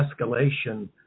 escalation